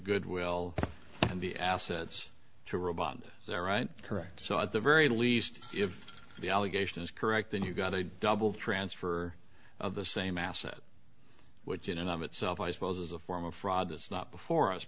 good will and the assets to robot there right correct so at the very least if the allegation is correct then you've got a double transfer of the same asset which in and of itself i suppose is a form of fraud that's not before us